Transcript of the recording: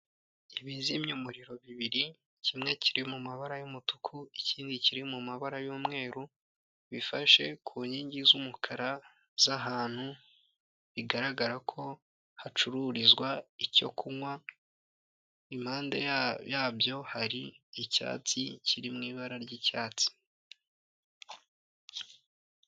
Ibizimya umuriro bibiri kimwe kiri mu mabara y'umutuku ikindi kiri mu mabara y'umweru ,bifashe ku nkingi z'umukara z'ahantu ,bigaragara ko hacururizwa icyo kunywa, impande yabyo hari icyatsi kiri mu ibara ry'icyatsi.